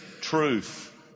truth